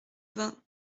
vingt